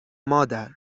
مادر